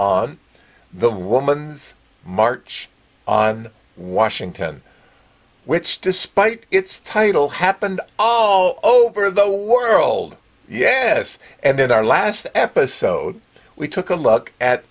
on the woman march on washington which despite its title happened over the world yes and in our last episode we took a look at